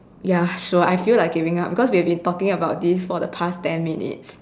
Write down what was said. ya sure I feel like giving up because we've been talking about this for the past ten minutes